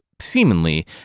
seemingly